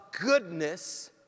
goodness